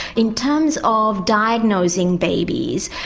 in terms of diagnosing babies,